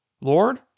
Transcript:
Lord